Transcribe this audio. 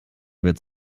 wird